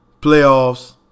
playoffs